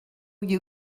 you